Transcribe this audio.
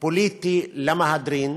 פוליטי למהדרין,